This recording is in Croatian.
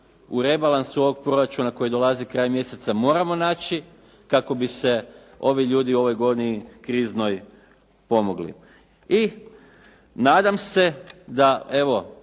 u rebalansu ovog proračuna koji dolazi krajem mjeseca moramo naći, kako bi se ovi ljudi u ovoj godini kriznoj pomogli. I nadam se da evo